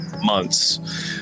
months